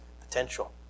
Potential